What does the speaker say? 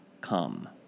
come